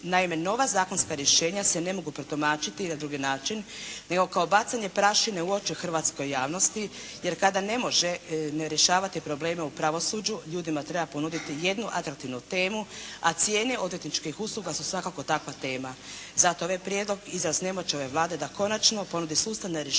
Naime, nova zakonska rješenja se ne mogu protumačiti na drugi način, nego kao bacanje prašine u oči hrvatskoj javnosti, jer kada ne može ne rješavati probleme u pravosuđu ljudima treba ponuditi jednu atraktivnu temu, a cijene odvjetničkih usluga su svakako takva tema. Zato ovaj Prijedlog …/Govornica se ne razumije./… ove Vlade da konačno ponudi sustavna rješenja